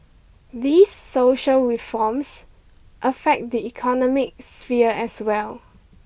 these social reforms affect the economic sphere as well